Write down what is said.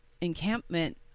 encampment